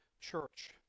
church